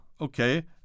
okay